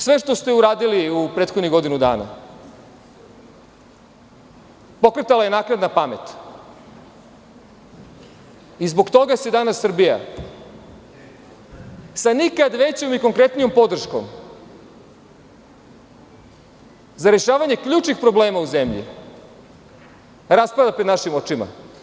Sve što ste uradili u prethodnih godinu dana pokretala je naknadna pamet i zbog toga se danas Srbija sa nikad većom i konkretnijom podrškom za rešavanje ključnih problema u zemlji raspada pred našim očima.